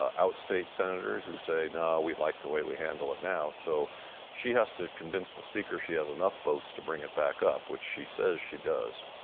out-state senators who say, no, we like the way we handle it now. so she has to convince the speaker she has enough votes to bring it back up, which she says she does.